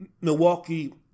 Milwaukee